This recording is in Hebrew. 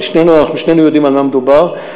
ושנינו יודעים במה מדובר,